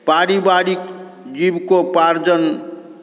पारिवारिक जीविकोपार्जन